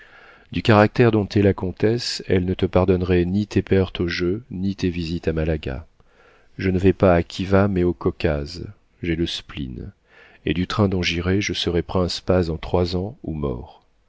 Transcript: du caractère dont est la comtesse elle ne te pardonnerait ni tes pertes au jeu ni tes visites à malaga je ne vais pas à khiva mais au caucase j'ai le spleen et du train dont j'irai je serai prince paz en trois ans ou mort